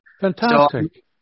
Fantastic